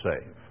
save